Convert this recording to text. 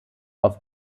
auf